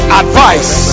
advice